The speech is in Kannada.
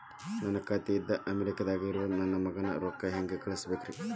ನನ್ನ ಖಾತೆ ಇಂದ ಅಮೇರಿಕಾದಾಗ್ ಇರೋ ನನ್ನ ಮಗಗ ರೊಕ್ಕ ಹೆಂಗ್ ಕಳಸಬೇಕ್ರಿ?